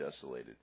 desolated